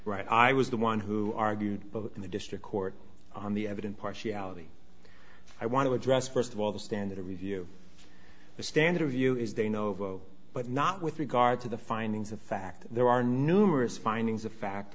right i was the one who argued in the district court on the evident partiality i want to address first of all the standard of review the standard of view is they know but not with regard to the findings of fact there are numerous findings of fact